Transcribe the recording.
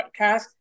Podcast